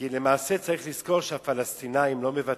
כי למעשה צריך לזכור שהפלסטינים לא מוותרים.